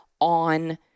on